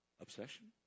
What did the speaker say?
Obsession